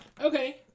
Okay